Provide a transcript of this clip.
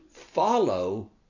Follow